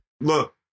Look